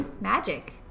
Magic